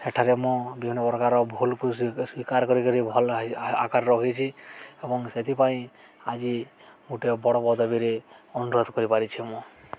ସେଠାରେ ମୁଁ ବିଭିନ୍ନ ପ୍ରକାର ଭୁଲକୁ ସ୍ଵୀକାର କରିକିରି ଭଲ ଆକାର ରଖିଛି ଏବଂ ସେଥିପାଇଁ ଆଜି ଗୋଟେ ବଡ଼ ପଦବୀରେ ଅନୁରୋଧ କରିପାରିଛି ମୁଁ